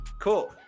Cool